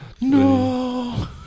No